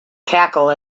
cackle